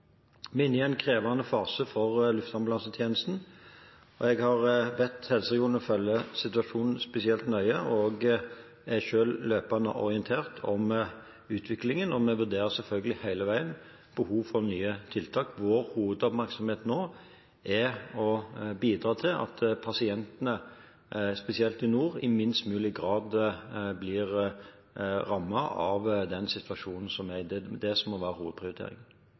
i en krevende fase for Luftambulansetjenesten. Jeg har bedt helseregionene følge situasjonen spesielt nøye og er selv løpende orientert om utviklingen. Vi vurderer selvfølgelig hele veien behov for nye tiltak. Vår hovedoppmerksomhet nå er å bidra til at pasientene, spesielt i nord, i minst mulig grad blir rammet av den situasjonen som er. Det er det som må være hovedprioriteringen.